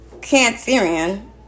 Cancerian